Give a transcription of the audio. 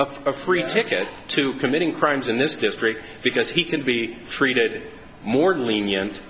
a free ticket to committing crimes in this district because he can be treated more lenient